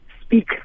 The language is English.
speak